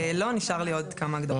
לא, נשאר לי עוד כמה הגדרות.